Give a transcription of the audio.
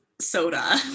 soda